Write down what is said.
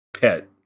pet